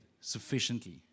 sufficiently